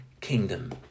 kingdom